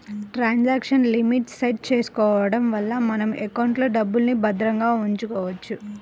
transaction limit set చేసుకోడం వల్ల మన ఎకౌంట్లో డబ్బుల్ని భద్రంగా ఉంచుకోవచ్చు